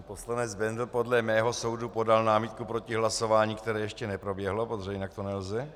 Pan poslanec Bendl podle mého soudu podal námitku proti hlasování, které ještě neproběhlo, protože jinak to nelze.